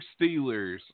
Steelers